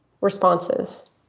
responses